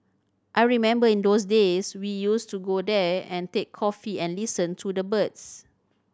I remember in those days we used to go there and take coffee and listen to the birds